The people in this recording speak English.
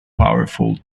powerful